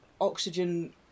oxygen